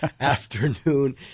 afternoon